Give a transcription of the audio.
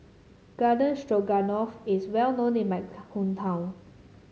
Garden Stroganoff is well known in my hometown